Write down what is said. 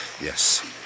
Yes